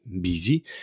busy